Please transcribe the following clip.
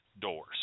doors